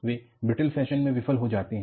वे brittle fashion में विफल हो जाते हैं